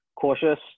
cautious